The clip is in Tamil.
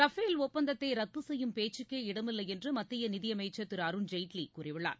ரஃபேல் ஒப்பந்தத்தை ரத்து செய்யும் பேச்சுக்கே இடமில்லை என்று மத்திய நிதியமைச்சர் திரு அருண்ஜேட்லி கூறியுள்ளார்